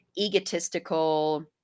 egotistical